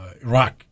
Iraq